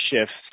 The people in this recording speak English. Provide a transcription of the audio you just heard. shifts